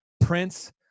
Prince